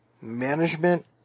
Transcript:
management